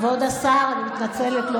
כבוד השר, אני מתנצלת.